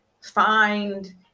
Find